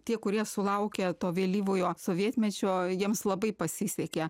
tie kurie sulaukė to vėlyvojo sovietmečio jiems labai pasisekė